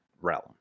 realm